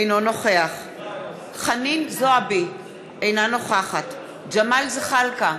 אינו נוכח חנין זועבי, אינה נוכחת ג'מאל זחאלקה,